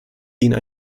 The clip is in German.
ihnen